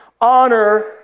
Honor